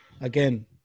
again